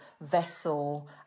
vessel